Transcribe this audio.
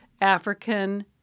African